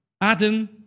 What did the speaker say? Adam